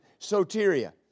soteria